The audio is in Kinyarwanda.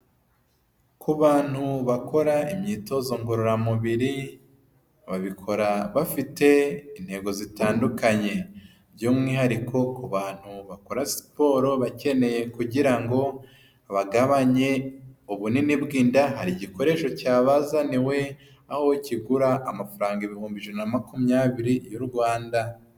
Ku bantu bakora imyitozo ngororamubiri babikora bafite intego zitandukanye, by'umwihariko ku bantu bakora siporo bakeneye kugira ngo bagabanye ubunini bw'inda, hari igikoresho cyabazaniwe aho kigura amafaranga ibihumbi ijana na makumyabiri y'u Rwanda.